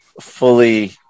fully